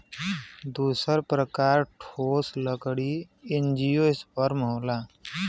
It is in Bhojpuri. दूसर प्रकार ठोस लकड़ी एंजियोस्पर्म होला